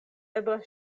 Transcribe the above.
eble